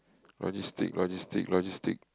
logistic logistic logistic